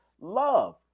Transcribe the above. Love